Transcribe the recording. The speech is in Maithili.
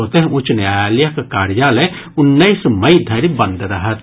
ओतहि उच्च न्यायालयक कार्यालय उन्नैस मई धरि बंद रहत